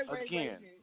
again